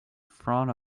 front